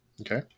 Okay